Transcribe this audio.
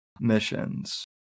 missions